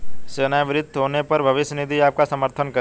सेवानिवृत्त होने पर भविष्य निधि आपका समर्थन करेगी